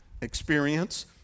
experience